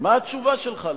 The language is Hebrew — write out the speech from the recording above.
מה התשובה שלך לזה,